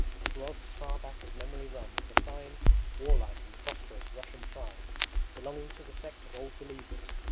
has dwelt as far back as memory runs the fine warlike and prosperous russian tribe belonging to the sect of old believers,